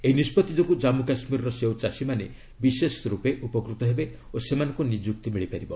ଏହି ନିଷ୍ପଭି ଯୋଗୁଁ ଜାନ୍ମୁ କାଶ୍ମୀରର ସେଓ ଚାଷୀମାନେ ବିଶେଷ ଭାବେ ଉପକୃତ ହେବେ ଓ ସେମାନଙ୍କୁ ନିଯୁକ୍ତି ମିଳିପାରିବ